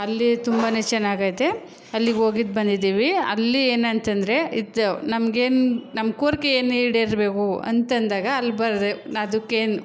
ಅಲ್ಲಿ ತುಂಬನೇ ಚೆನ್ನಾಗೈತೆ ಅಲ್ಲಿಗೆ ಹೋಗಿದ್ದು ಬಂದಿದ್ದೀವಿ ಅಲ್ಲಿ ಏನಂತ ಅಂದ್ರೆ ಇದು ನಮ್ಗೇನು ನಮ್ಮ ಕೋರಿಕೆ ಏನು ಈಡೇರಬೇಕು ಅಂತಂದಾಗ ಅಲ್ಲಿ ಬರೋ ಅದಕ್ಕೇನು